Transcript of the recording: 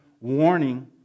warning